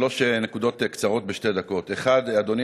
שלוש נקודות קצרות בשתי דקות: 1. אדוני,